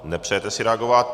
Nepřejete si reagovat.